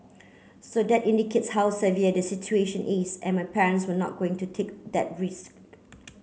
so that indicates how severe the situation is and my parents were not going to take that risk